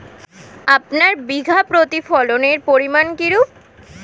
আপনার বিঘা প্রতি ফলনের পরিমান কীরূপ?